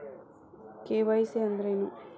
KYC ಅಂದ್ರೇನು?